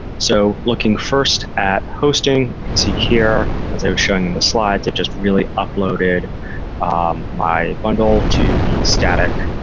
so looking first at hosting, you can see here as i was showing in the slides, it just really uploaded my bundle to the static